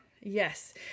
yes